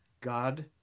God